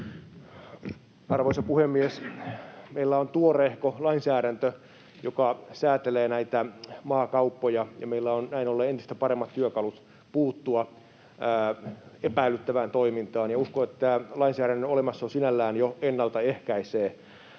Arvoisa puhemies! Meillä on tuoreehko lainsäädäntö, joka säätelee näitä maakauppoja, ja meillä on näin ollen entistä paremmat työkalut puuttua epäilyttävään toimintaan, ja uskon, että lainsäädännön olemassaolo sinällään jo ennaltaehkäisee